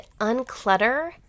unclutter